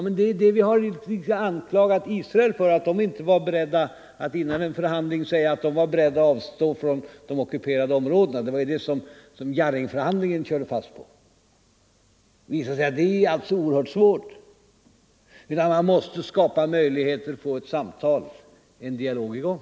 Men vad vi har anklagat Israel för är ju just att Israel inte var berett att före en förhandling säga att man var beredd att avstå från de ockuperade områdena. Det var det Jarringförhandlingen körde fast på. Det visar sig att det är oerhört svårt att göra det. Man måste skapa möjligheter att få ett samtal, en dialog i gång.